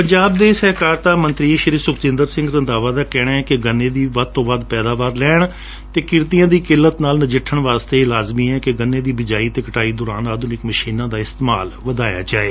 ਪੰਜਾਬ ਦੇ ਸਹਿਕਾਰਤਾ ਮੰਤਰੀ ਸੁਖਜਿੰਦਰ ਸਿੰਘ ਰੰਧਾਵਾ ਦਾ ਕਹਿਣੈ ਕਿ ਗੰਨੇ ਦੀ ਵੱਧ ਤੋਂ ਵੱਧ ਪੈਦਾਵਾਰ ਲੈਣ ਅਤੇ ਕਿਰਤੀਆਂ ਦੀ ਕਿੱਲਤ ਨਾਲ ਨਜਿੱਠਣ ਲਈ ਇਹ ਲਾਜਮੀ ਹੈ ਕਿ ਗੰਨੇ ਦੀ ਬਿਜਾਈ ਅਤੇ ਕਟਾਈ ਦੌਰਾਨ ਆਧੁਨਿਕ ਮਸ਼ੀਨਾਂ ਦਾ ਇਸਤੇਮਾਲ ਵਧਾਇਆ ਜਾਵੇ